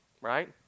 right